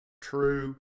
true